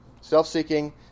Self-seeking